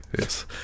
Yes